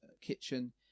kitchen